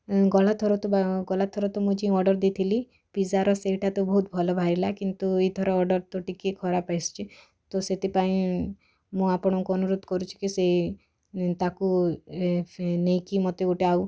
ଉଁ ଗଲାଥର ବା ଗଲାଥରକ ମୁଁ ଯେଉଁ ଅର୍ଡ଼ର୍ ଦେଇଥିଲି ପିଜ୍ଜାର ସେଇଟା ତ ବହୁତ ଭଲ ବାହାରିଲା କିନ୍ତୁ ଏଇଥର ଅର୍ଡ଼ର୍ ତ ଟିକିଏ ଖରାପ ଆସିଛି ତ ସେଥିପାଇଁ ମୁଁ ଆପଣଙ୍କୁ ଅନୁରୋଧ କରୁଛି କି ସେ ତାକୁ ଏ ନେଇକି ମୋତେ ଗୋଟେ ଆଉ